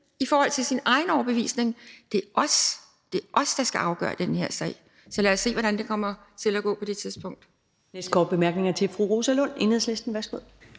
i forhold til sin egen overbevisning. Det er os, der skal afgøre den her sag – det er os. Så lad os se, hvordan det kommer til at gå på det tidspunkt.